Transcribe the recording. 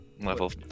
Level